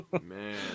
Man